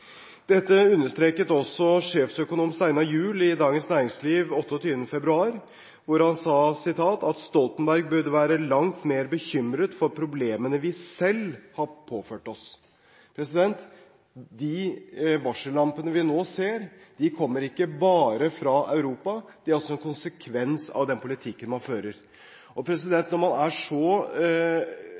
Dette understreket også sjefsøkonom Steinar Juel i Dagens Næringsliv 28. februar, hvor han sa: «Stoltenberg burde vært langt mer bekymret for problemer vi selv har påført oss». De varsellampene vi nå ser, kommer ikke bare fra Europa. De er også en konsekvens av den politikken man fører. Når man er så